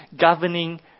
governing